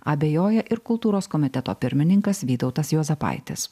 abejoja ir kultūros komiteto pirmininkas vytautas juozapaitis